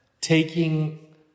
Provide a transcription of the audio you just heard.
taking